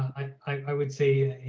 i would say,